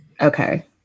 Okay